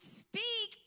speak